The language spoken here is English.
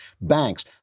banks